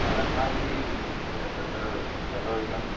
न अस्माभिः तत् सर्वविधं